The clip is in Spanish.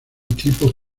tipos